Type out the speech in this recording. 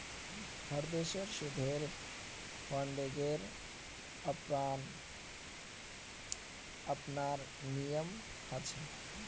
हर देशेर शोधेर फंडिंगेर अपनार नियम ह छे